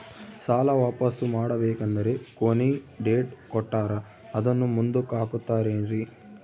ಸಾಲ ವಾಪಾಸ್ಸು ಮಾಡಬೇಕಂದರೆ ಕೊನಿ ಡೇಟ್ ಕೊಟ್ಟಾರ ಅದನ್ನು ಮುಂದುಕ್ಕ ಹಾಕುತ್ತಾರೇನ್ರಿ?